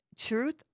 truth